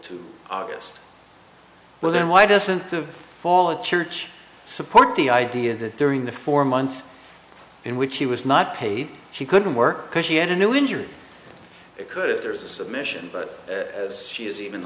to august well then why doesn't the fall of the church support the idea that during the four months in which she was not paid she couldn't work because she had a new injury it could if there is a submission but as she is even